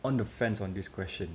on the fence on this question